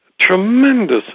tremendous